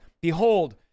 behold